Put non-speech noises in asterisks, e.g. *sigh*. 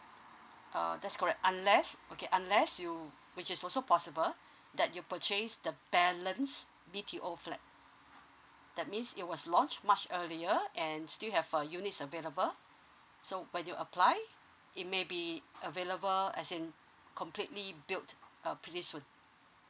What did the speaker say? uh that's correct unless okay unless you which is also possible *breath* that you purchase the balance B_T_O flat that means it was launch much earlier and still have a unit available so when you apply it may be available as in completely built a pretty soon